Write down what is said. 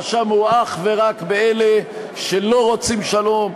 האשם הוא אך ורק באלה שלא רוצים שלום,